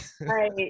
Right